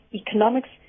economics